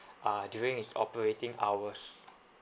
uh during its operating hours